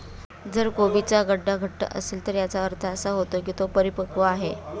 जर कोबीचा गड्डा घट्ट असेल तर याचा अर्थ असा होतो की तो परिपक्व आहे